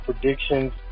predictions